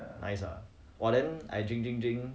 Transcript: nice ah !wah! then I drink drink drink